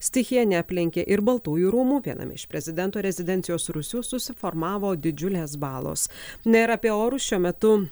stichija neaplenkė ir baltųjų rūmų viename iš prezidento rezidencijos rūsių susiformavo didžiulės balos ne ir apie orus šiuo metu